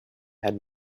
had